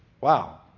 wow